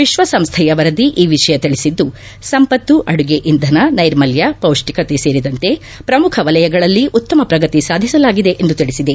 ವಿಶ್ವಸಂಸ್ಟೆಯ ವರದಿ ಈ ವಿಷಯ ತಿಳಿಸಿದ್ದು ಸಂಪತ್ತು ಅಡುಗೆ ಇಂಧನ ನೈರ್ಮಲ್ದ ಪೌಷ್ಟಿಕ ಸೇರಿದಂತೆ ಪ್ರಮುಖ ವಲಯಗಳಲ್ಲಿ ಉತ್ತಮ ಪ್ರಗತಿ ಸಾಧಿಸಲಾಗಿದೆ ಎಂದು ತಿಳಿಸಿದೆ